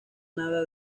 nada